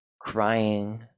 crying